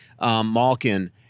Malkin